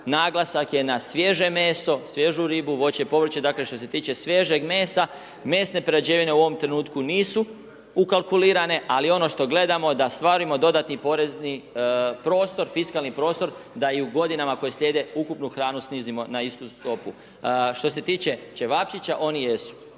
naglasak je na svježe meso, svježu ribu, voće i povrće, dakle što se tiče svježeg mesa, mesne prerađevine u ovom trenutku nisu ukalkulirane ali ono što gledamo da ostvarimo dodatni porezni prostor, fiskalni prostor da i u godinama koje slijede, ukupno hranu snizimo na istu stopu. Što se tiče ćevapčića, oni jesu.